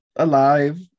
alive